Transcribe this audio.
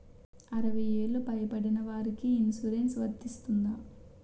అరవై ఏళ్లు పై పడిన వారికి ఇన్సురెన్స్ వర్తిస్తుందా?